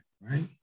right